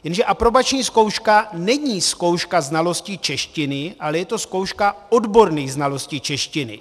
Jenže aprobační zkouška není zkouška znalostí češtiny, ale je to zkouška odborných znalostí češtiny.